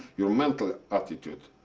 your mental attitude,